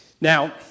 Now